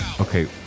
Okay